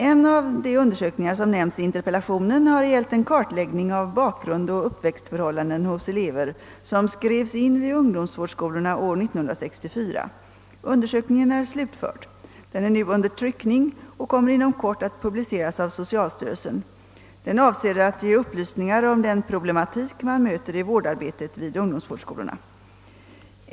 En av de undersökningar som nämns i interpellationen har gällt en kartläggning av bakgrund och uppväxtförhållanden hos elever som skrevs in vid ungdomsvårdsskolorna år 1964. Undersökningen är slutförd. Den är nu under tryckning och kommer inom kort att publiceras av socialstyrelsen. Den avser att ge upplysningar om den problematik man möter i vårdarbetet vid ungdomsvårdsskolorna.